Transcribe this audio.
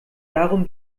darum